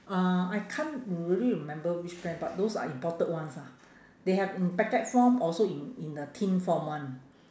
uh I can't really remember which brand but those are imported ones ah they have in packet form also in in the tin form one